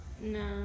No